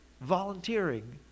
volunteering